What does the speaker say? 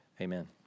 amen